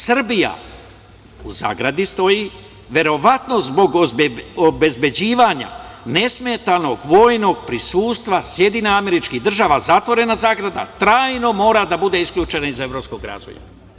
Srbija, u zagradi stoji, verovatno zbog obezbeđivanja nesmetanog vojnog prisustva SAD zatvorena zagrada, trajno mora da bude isključena iz evropskog razvoja.